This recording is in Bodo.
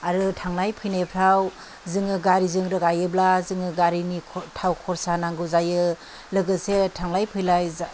आरो थांनाय फैनायफ्राव जोङो गारिजों रोगायोब्ला जोंनि गारिनि थाव खरसा नांगौ जायो लोगोसे थांलाय फैलाय